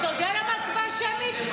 אתה יודע למה הצבעה שמית?